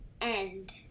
end